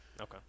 Okay